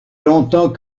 longtemps